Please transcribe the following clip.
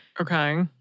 Okay